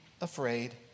afraid